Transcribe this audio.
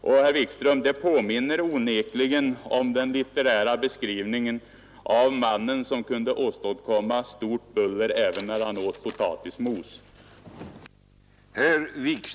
Och det påminner onekligen, herr Wikström, om den litterära beskrivningen av mannen som kunde åstadkomma stort buller även när han åt potatismos!